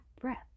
breath